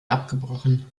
abgebrochen